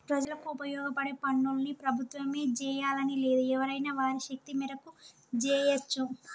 ప్రజలకు ఉపయోగపడే పనుల్ని ప్రభుత్వమే జెయ్యాలని లేదు ఎవరైనా వారి శక్తి మేరకు జెయ్యచ్చు